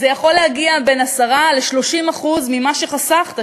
זה יכול להגיע לבין 10% ל-30% ממה שחסכת.